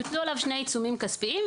יוטלו עליו שני עיצומים כספיים.